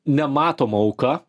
nematoma auka